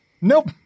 nope